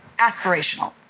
aspirational